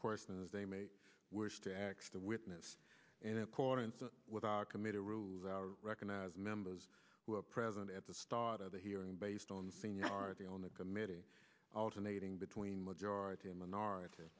courses they may wish to act the witness and accordance with our committee rules recognize members who were present at the start of the hearing based on seniority on the committee alternating between majority and minority